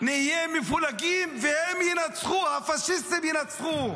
נהיה מפולגים, והם ינצחו, הפשיסטים ינצחו,